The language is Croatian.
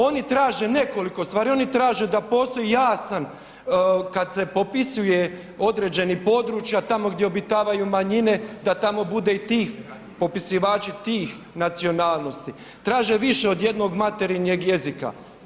Oni traže nekoliko stvari, oni traže da postoji jasan kad se popisuje određeni područja tamo gdje obitavaju manjine da tamo bude i tih, popisivači tih nacionalnosti, traže više od jednog materinjeg jezika.